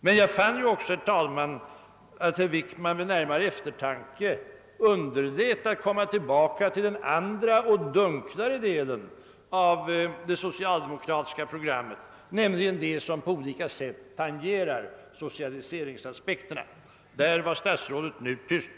Jag fann emellertid också att herr Wickman vid närmare eftertanke underlät att återkomma till den andra och dunklare del av det socialdemokratiska programmet, nämligen den som på olika sätt tangerar socialiseringsaspekterna. Därvidlag var statsrådet nu tyst.